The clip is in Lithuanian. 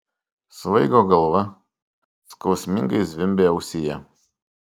svaigo galva skausmingai zvimbė ausyje